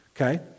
okay